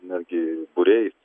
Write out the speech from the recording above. netgi būriais